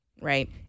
Right